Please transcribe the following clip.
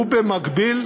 במקביל,